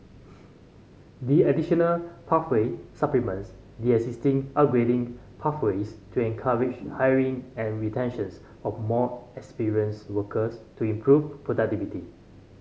the additional pathway supplements the existing upgrading pathways to encourage hiring and retentions of more experienced workers to improve productivity